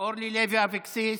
אורלי לוי אבקסיס.